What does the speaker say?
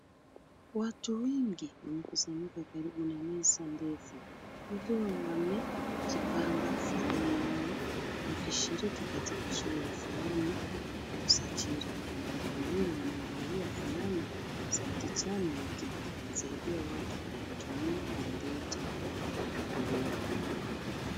Watu wengi wamekusanyika karibu meza ndefu, wakiwa wamejipanga foleni au wakishiriki katika shughuli fulani ya usajili. Wanawake wawili wamevalia fulana za kijani, wakisaidia watu kwa kutumia kompyuta ndogo.